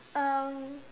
um